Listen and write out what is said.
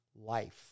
life